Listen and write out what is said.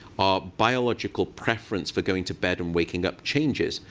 our biological preference for going to bed and waking up changes,